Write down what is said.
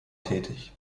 tätig